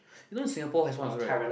you know Singapore has once right